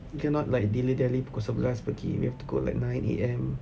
we cannot like dilly-dally pukul sebelas pergi we have to go like nine A_M